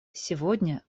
сегодня